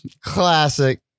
Classic